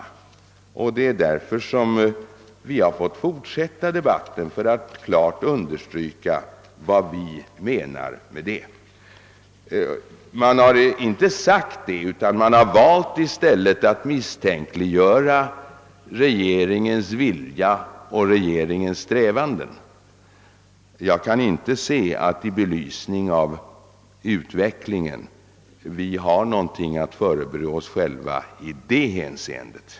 Det är av denna anledning som vi fått fortsätta denna debatt för att klart understryka vad vi menar med detta. Kritiker har inte bidragit med något klarläggande på denna punkt utan man har i stället valt att misstänkliggöra regeringens vilja och dess strävanden. Jag kan inte i belysning av utvecklingen inse att vi har något att förebrå oss själva i detta hänseende.